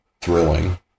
thrilling